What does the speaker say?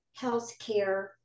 healthcare